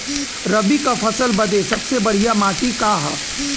रबी क फसल बदे सबसे बढ़िया माटी का ह?